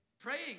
praying